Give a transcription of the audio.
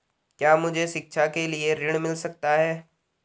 क्या मुझे शिक्षा के लिए ऋण मिल सकता है?